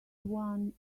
one